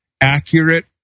accurate